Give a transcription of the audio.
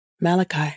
Malachi